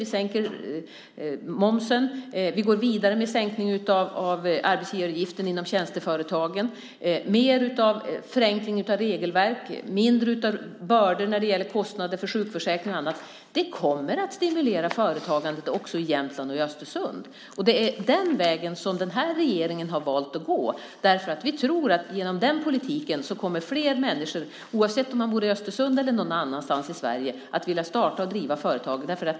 Vi sänker momsen, och vi går vidare med en sänkning av arbetsgivaravgifterna inom tjänsteföretagen. Det blir en förenkling av regelverken, mindre bördor när det gäller kostnader för sjukförsäkring och annat. Det är den vägen regeringen valt att gå, eftersom vi tror att fler människor, oavsett om de bor i Östersund eller någon annanstans i Sverige, genom en sådan politik kommer att vilja starta och driva företag.